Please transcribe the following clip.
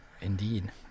Indeed